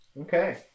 Okay